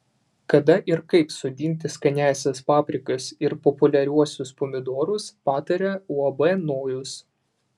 kada ir kaip sodinti skaniąsias paprikas ir populiariuosius pomidorus pataria uab nojus